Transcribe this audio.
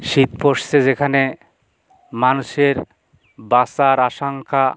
শীত পড়ছে যেখানে মানুষের বাঁচার আশঙ্কা